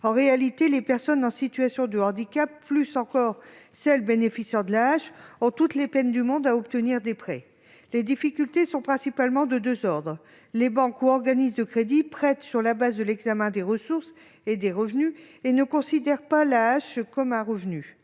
en réalité, les personnes en situation de handicap, plus encore celles qui bénéficient de l'AAH (allocation aux adultes handicapés), ont toutes les peines du monde à obtenir des prêts. Les difficultés sont principalement de deux ordres. Les banques ou organismes de crédit prêtent sur la base de l'examen des ressources et des revenus et ne considèrent pas l'AAH comme un revenu.